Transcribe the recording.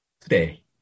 today